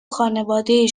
خانواده